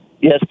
Yes